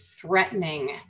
threatening